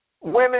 Women